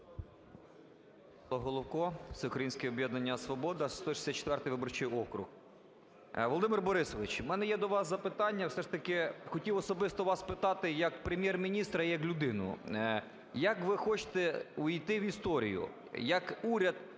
Володимир Борисович, у мене є до вас запитання. Все ж таки хотів особисто вас спитати як Прем’єр-міністра, як людину. Як ви хочете ввійти в історію: як уряд